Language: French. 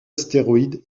astéroïde